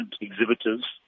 exhibitors